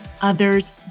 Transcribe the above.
others